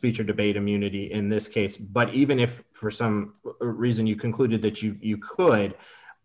speech or debate immunity in this case but even if for some reason you concluded that you could